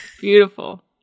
Beautiful